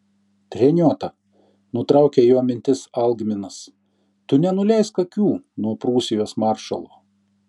treniota nutraukė jo mintis algminas tu nenuleisk akių nuo prūsijos maršalo